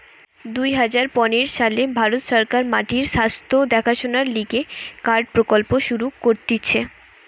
দুই হাজার পনের সালে ভারত সরকার মাটির স্বাস্থ্য দেখাশোনার লিগে কার্ড প্রকল্প শুরু করতিছে